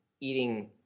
eating –